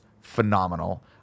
phenomenal